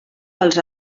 pels